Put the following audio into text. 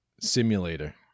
simulator